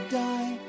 die